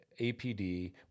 APD